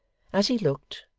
as he looked,